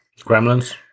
gremlins